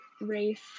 race